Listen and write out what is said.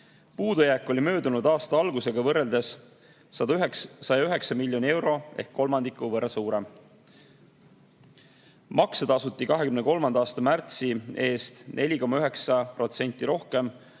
Puudujääk oli möödunud aasta algusega võrreldes 109 miljoni euro ehk kolmandiku võrra suurem. Makse tasuti 2023. aasta märtsi eest 4,9% rohkem